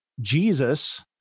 Jesus